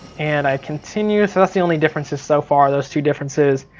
and i continue, so that's the only differences so far those two differences.